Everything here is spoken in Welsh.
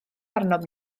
arnom